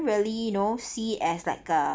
really you know see as like a